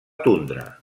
tundra